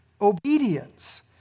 obedience